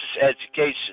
education